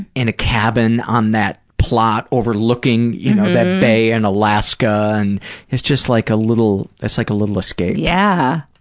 in a cabin on that plot overlooking, you know, that bay in and alaska and it's just like a little, it's like a little escape. yeah.